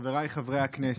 חבריי חברי הכנסת,